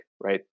right